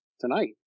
tonight